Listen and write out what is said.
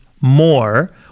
more